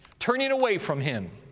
turning away from him,